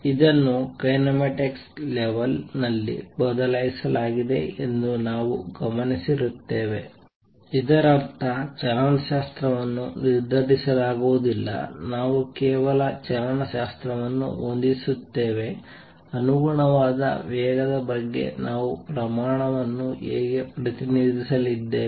ಇದನ್ನು kinematics level ಅಲ್ಲಿ ಬದಲಾಯಿಸಲಾಗಿದೆ ಎಂದು ನಾನು ಗಮನಿಸಿರುತ್ತೇನೆ ಇದರರ್ಥ ಚಲನಶಾಸ್ತ್ರವನ್ನು ನಿರ್ಧರಿಸಲಾಗುವುದಿಲ್ಲ ನಾವು ಕೇವಲ ಚಲನಶಾಸ್ತ್ರವನ್ನು ಹೊಂದಿಸುತ್ತೇವೆ ಅನುಗುಣವಾದ ವೇಗದ ಬಗ್ಗೆ ನಾವು ಪ್ರಮಾಣವನ್ನು ಹೇಗೆ ಪ್ರತಿನಿಧಿಸಲಿದ್ದೇವೆ